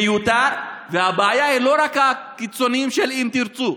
מיותר, והבעיה היא לא רק הקיצונים של אם תרצו,